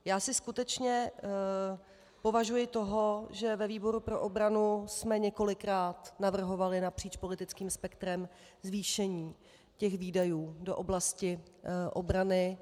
Já si skutečně považuji toho, že ve výboru pro obranu jsme několikrát navrhovali napříč politickým spektrem zvýšení výdajů do oblasti obrany.